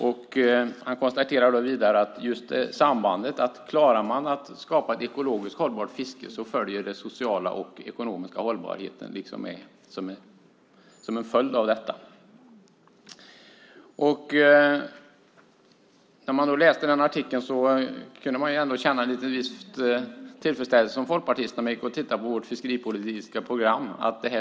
Vidare konstaterar han att om vi klarar av att skapa ett ekologiskt hållbart fiske blir den sociala och ekonomiska hållbarheten en följd av detta. När jag läste artikeln kunde jag som folkpartist känna viss tillfredsställelse. Det stämmer nämligen bra med vårt fiskeripolitiska program.